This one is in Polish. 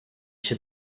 się